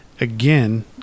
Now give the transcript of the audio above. again